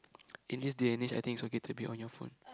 in this day and age I think it's okay to be on your phone